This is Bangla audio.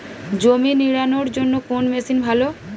জমি নিড়ানোর জন্য কোন মেশিন ভালো?